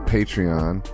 Patreon